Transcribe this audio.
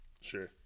Sure